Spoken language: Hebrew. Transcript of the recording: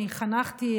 אני חנכתי,